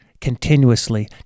continuously